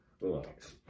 Relax